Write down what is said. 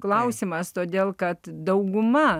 klausimas todėl kad dauguma